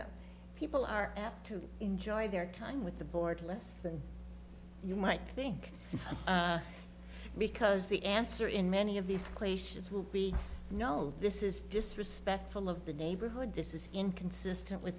know people are apt to enjoy their time with the board less than you might think because the answer in many of these questions will be no this is just respectful of the neighborhood this is inconsistent with